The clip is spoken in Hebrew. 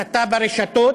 הסתה ברשתות.